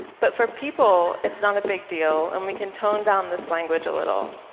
but for people, it's not a big deal, and we can tone down this language a little.